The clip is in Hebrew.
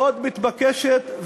מאוד מתבקשת.